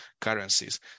currencies